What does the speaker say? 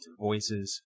voices